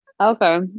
Okay